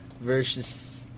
versus